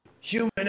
human